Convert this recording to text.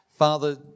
Father